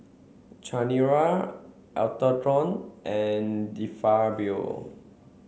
Chanira Atherton and De Fabio